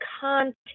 content